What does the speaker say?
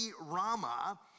Rama